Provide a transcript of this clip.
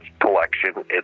collection